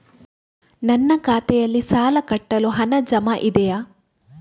ನನ್ನ ಖಾತೆಯಲ್ಲಿ ಸಾಲ ಕಟ್ಟಲು ಹಣ ಜಮಾ ಇದೆಯೇ?